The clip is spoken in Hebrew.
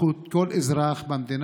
זכות של כל אזרח במדינה,